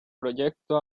proyecto